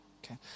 Okay